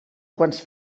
quants